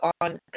on